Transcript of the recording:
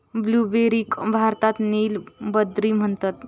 ब्लूबेरीक भारतात नील बद्री म्हणतत